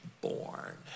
born